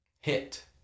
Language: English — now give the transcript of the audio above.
hit